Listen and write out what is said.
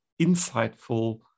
insightful